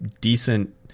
decent